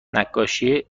نقاشی